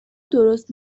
درست